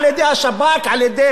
על-ידי מזרחנים,